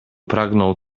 pragnął